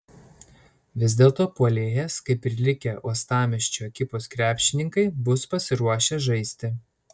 vis dėlto puolėjas kaip ir likę uostamiesčio ekipos krepšininkai bus pasiruošę žaisti